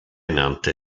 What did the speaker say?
nannte